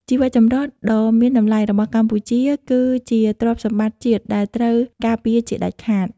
ជីវចម្រុះដ៏មានតម្លៃរបស់កម្ពុជាគឺជាទ្រព្យសម្បត្តិជាតិដែលត្រូវការពារជាដាច់ខាត។